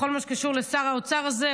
בכל מה שקשור לשר האוצר הזה,